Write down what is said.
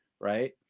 right